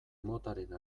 motaren